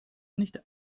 nicht